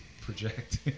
project